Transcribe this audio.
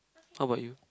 how about you